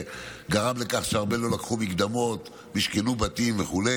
זה גרם לכך שהרבה לקחו מקדמות, משכנו בתים וכו'.